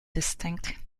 distinct